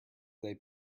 they